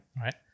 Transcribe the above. right